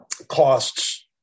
Costs